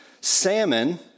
salmon